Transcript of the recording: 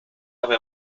habe